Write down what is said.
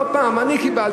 לא פעם אני קיבלתי,